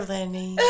Lenny